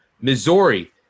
Missouri